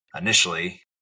Initially